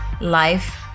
life